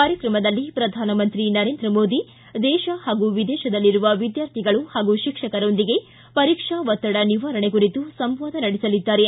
ಕಾರ್ಯಕ್ರಮದಲ್ಲಿ ಪ್ರಧಾನಮಂತ್ರಿ ನರೇಂದ್ರ ಮೋದಿ ದೇಶ ಹಾಗೂ ವಿದೇಶದಲ್ಲಿರುವ ವಿದ್ಯಾರ್ಥಿಗಳು ಹಾಗೂ ಶಿಕ್ಷಕರೊಂದಿಗೆ ಪರೀಕ್ಷಾ ಒತ್ತಡ ನಿವಾರಣೆ ಕುರಿತು ಸಂವಾದ ನಡೆಸಲಿದ್ದಾರೆ